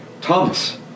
Thomas